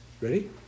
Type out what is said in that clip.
Ready